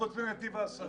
חוץ מנתיב העשרה.